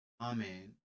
Amen